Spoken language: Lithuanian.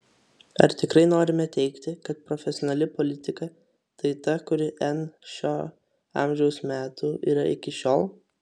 ar tikrai norime teigti kad profesionali politika tai ta kuri n šio amžiaus metų yra iki šiol